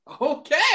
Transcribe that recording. okay